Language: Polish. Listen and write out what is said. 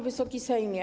Wysoki Sejmie!